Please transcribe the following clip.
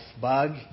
bug